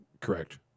correct